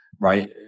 right